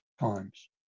times